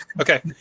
Okay